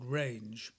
range